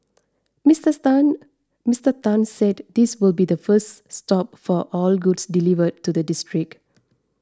Mister Tan Mister Tan said this will be the first stop for all goods delivered to the district